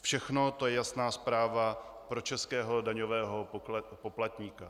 Všechno to je jasná zpráva pro českého daňového poplatníka.